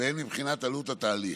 והן מבחינת עלות התהליך.